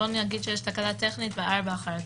נאמר שיש תקלה טכנית ב-16:00.